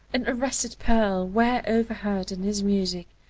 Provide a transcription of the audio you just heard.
an arrested pearl, were overheard in his music,